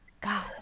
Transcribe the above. God